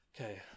Okay